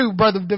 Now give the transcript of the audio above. brother